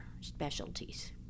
specialties